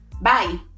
bye